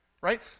right